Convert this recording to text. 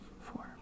four